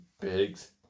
bigs